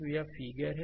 तो यह फिगर है